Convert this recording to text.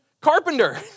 Carpenter